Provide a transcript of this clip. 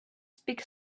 speak